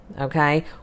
okay